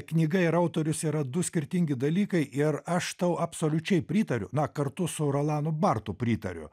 knyga ir autorius yra du skirtingi dalykai ir aš tau absoliučiai pritariu na kartu su rolandu bartu pritariu